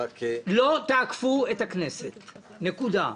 לא תעקפו את הכנסת, נקודה.